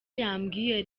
yababwiye